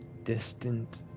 distant,